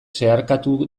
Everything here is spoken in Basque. zeharkatu